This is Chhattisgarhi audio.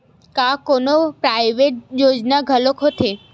का कोनो प्राइवेट योजना घलोक होथे?